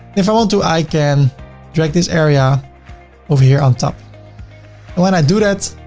if i want do, i can drag this area over here on top. and when i do that